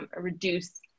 reduce